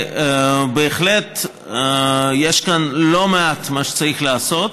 בהחלט יש כאן לא מעט שצריך לעשות,